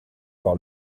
par